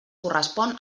correspon